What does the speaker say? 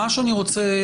אני מציע